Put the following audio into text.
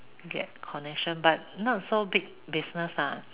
get connection but not so big business lah